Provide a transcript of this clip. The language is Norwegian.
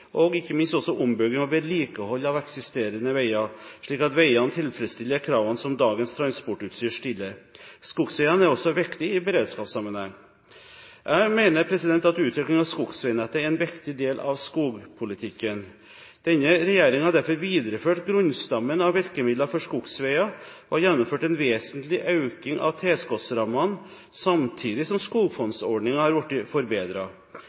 og, ikke minst, ombygging og vedlikehold av eksisterende veier, slik at veiene tilfredsstiller kravene som dagens transportutstyr stiller. Skogsveiene er også viktige i beredskapssammenheng. Jeg mener at utvikling av skogsveinettet er en viktig del av skogpolitikken. Denne regjeringen har derfor videreført grunnstammen av virkemidler for skogsveier og har gjennomført en vesentlig økning av tilskuddsrammene – samtidig som skogfondsordningen har blitt